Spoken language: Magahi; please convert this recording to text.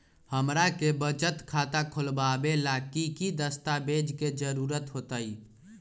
हमरा के बचत खाता खोलबाबे ला की की दस्तावेज के जरूरत होतई?